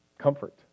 Comfort